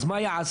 אז מה יעשה?